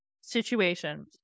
situation